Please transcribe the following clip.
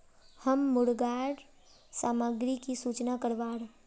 हम मुर्गा सामग्री की सूचना करवार?